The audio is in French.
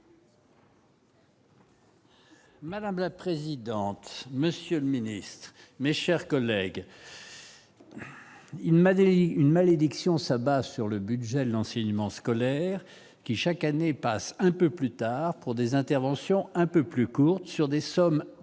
Madame la présidente, monsieur le Ministre, mes chers collègues, il m'a dit une malédiction s'abat sur le budget de l'enseignement scolaire qui, chaque année, passent un peu plus tard pour des interventions un peu plus courtes sur des sommes plus